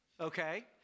Okay